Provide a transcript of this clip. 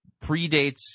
predates